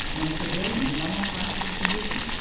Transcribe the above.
among civilians, among all classes and conditions,